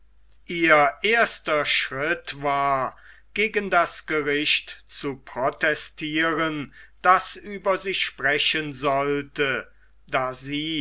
ihr erster schritt war gegen das gericht zu protestieren das über sie sprechen sollte da sie